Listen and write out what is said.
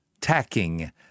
Tacking